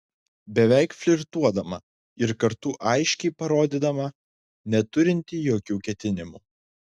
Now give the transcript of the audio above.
beveik flirtuodama ir kartu aiškiai parodydama neturinti jokių ketinimų